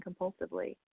compulsively